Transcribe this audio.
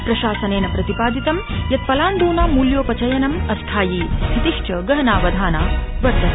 प्रशासनेन प्रति ादितं यत् लाण्ड्रनां मूल्यो चयनं अस्थायी स्थितिश्च गहनावधाना वर्तते